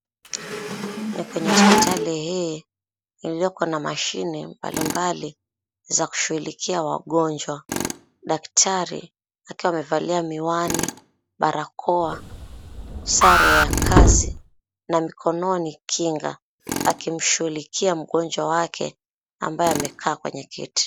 Na kwenye hospitali hii iliyoko na mashine mbalimbali za kushughulikia wagonjwa. Daktari akiwa amevalia miwani, barakoa, sare ya kazi, na mikononi, kinga, akimshughulikia mgonjwa wake ambaye amekaa kwenye kiti.